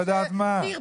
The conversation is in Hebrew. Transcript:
שאת